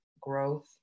growth